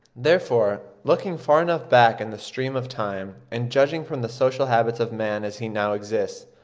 therefore, looking far enough back in the stream of time, and judging from the social habits of man as he now exists,